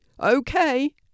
Okay